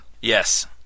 Yes